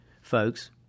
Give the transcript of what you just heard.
folks